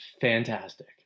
fantastic